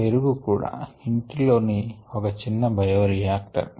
పెరుగు కూడా ఇంటి లో ని ఒక చిన్న బయోరియాక్టర్